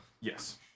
Yes